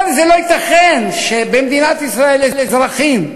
אמרתי: זה לא ייתכן שבמדינת ישראל, אזרחים,